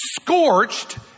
scorched